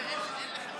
זה אחרית הימים.